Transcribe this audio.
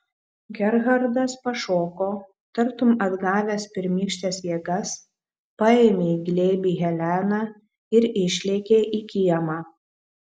gerhardas pašoko tartum atgavęs pirmykštes jėgas paėmė į glėbį heleną ir išlėkė į kiemą